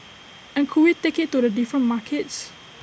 and could we take IT to the different markets